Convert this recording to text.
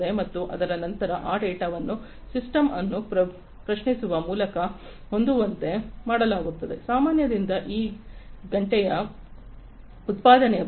ಮತ್ತು ಅದರ ನಂತರ ಈ ಡೇಟಾವನ್ನು ಸಿಸ್ಟಮ್ ಅನ್ನು ಪ್ರಶ್ನಿಸುವ ಮೂಲಕ ಹೊಂದುವಂತೆ ಮಾಡಲಾಗುತ್ತದೆ ಸಾಮಾನ್ಯದಿಂದ ಈ ಗಂಟೆಯ ಉತ್ಪಾದನೆಯ ಬಗ್ಗೆ